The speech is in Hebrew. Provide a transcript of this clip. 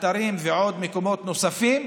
אתרים ומקומות נוספים,